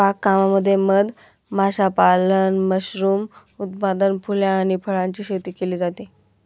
बाग कामामध्ये मध माशापालन, मशरूम उत्पादन, फुले आणि फळांची शेती केली जाते